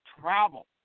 travel